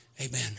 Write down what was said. Amen